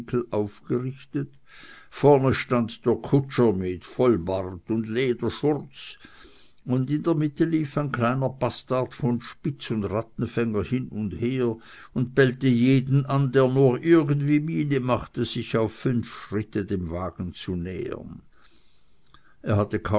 aufgerichtet vorn stand der kutscher mit vollbart und lederschurz und in der mitte lief ein kleiner bastard von spitz und rattenfänger hin und her und bellte jeden an der nur irgendwie miene machte sich auf fünf schritte dem wagen zu nähern er hatte